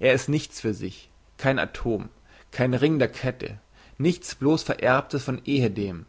er ist nichts für sich kein atom kein ring der kette nichts bloss vererbtes von ehedem